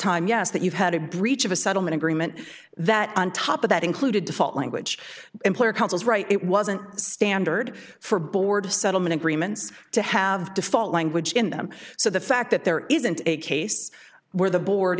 time yes that you've had a breach of a settlement agreement that on top of that included default language employer counsel's right it wasn't standard for board of settlement agreements to have default language in them so the fact that there isn't a case where the board